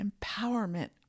empowerment